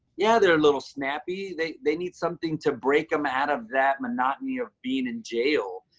yeah, they're a little snappy. they they need something to break them out of that monotony of being in jail.